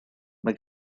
mae